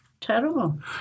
terrible